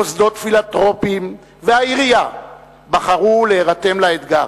מוסדות פילנתרופיים והעירייה בחרו להירתם לאתגר.